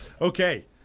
Okay